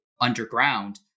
underground